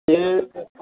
ए